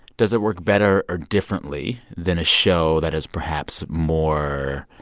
does it work better or differently than a show that is, perhaps, more